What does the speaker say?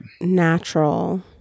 Natural